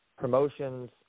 promotions